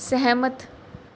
ਸਹਿਮਤ